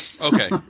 Okay